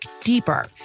deeper